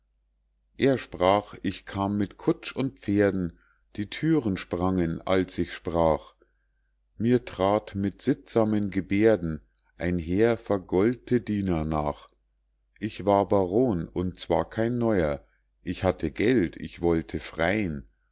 er sprach ich kam mit kutsch und pferden die thüren sprangen als ich sprach mir trat mit sittsamen geberden ein heer vergold'te diener nach ich war baron und zwar kein neuer ich hatte geld ich wollte frein